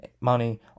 money